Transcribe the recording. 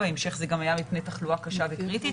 בהמשך זה גם היה מפני תחלואה קשה וקריטית.